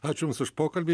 ačiū jums už pokalbį